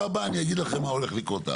הבאה אני אגיד לכם מה הולך לקרות הלאה.